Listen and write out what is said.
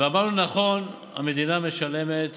ואמרנו: נכון, המדינה משלמת